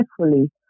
carefully